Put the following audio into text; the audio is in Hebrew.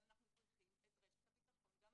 אבל אנחנו צריכים את רשת הביטחון.